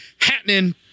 happening